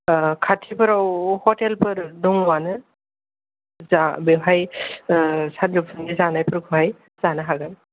खाथि फोराव हटेलफोर दङआनो जा बेवहाय सानजौफुनि जानाय फोरखौहाय जानो हागोन